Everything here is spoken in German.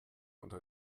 unter